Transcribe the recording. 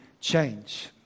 change